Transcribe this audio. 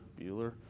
Bueller